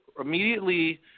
Immediately